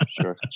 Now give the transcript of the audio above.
sure